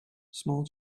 small